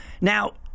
Now-